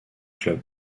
clubs